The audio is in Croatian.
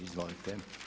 Izvolite.